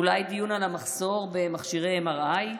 אולי דיון על המחסור במכשירי MRI?